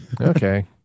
Okay